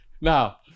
Now